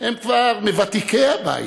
הם כבר מוותיקי הבית,